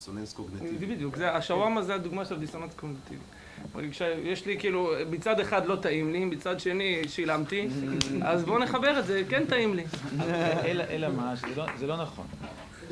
דיסאונס קוגנטיבי. בדיוק, השווארמה הזה הדוגמה של דיסאונס קוגנטיבי. יש לי כאילו, מצד אחד לא טעים לי, בצד שני שילמתי, אז בואו נחבר את זה, כן טעים לי. אלא מה, זה לא נכון.